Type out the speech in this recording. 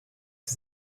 sie